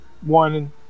one